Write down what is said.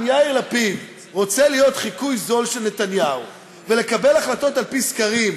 אם יאיר לפיד רוצה להיות חיקוי זול של נתניהו ולקבל החלטות על-פי סקרים,